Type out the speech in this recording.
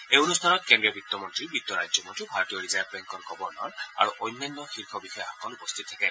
এই অনুষ্ঠানত কেন্দ্ৰীয় বিত্ত মন্ত্ৰী বিত্ত ৰাজ্যমন্ত্ৰী ভাৰতীয় ৰিজাৰ্ভ বেংকৰ গৱৰ্নৰ আৰু অন্যান্য শীৰ্ষ বিষয়াসকল এই মেজমেলত উপস্থিত থাকে